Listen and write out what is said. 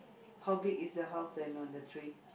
how big is the house then on the tree